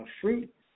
fruit